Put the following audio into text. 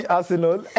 Arsenal